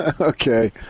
Okay